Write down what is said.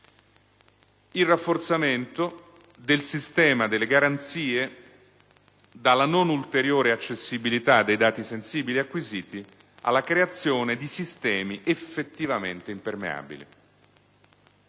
Il rafforzamento del sistema delle garanzie: dalla non ulteriore accessibilità dei dati sensibili acquisiti alla creazione di sistemi effettivamente impermeabili.